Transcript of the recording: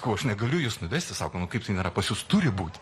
sakau aš negaliu jus nuvesti sako nu kaip tai nėra pas jus turi būt